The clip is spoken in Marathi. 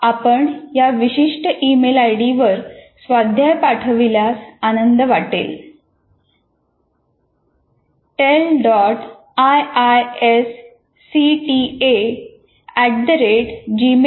आपण या विशिष्ट ईमेल आयडीवर स्वाध्याय पाठविल्यास आनंद वाटेल